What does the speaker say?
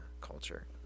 culture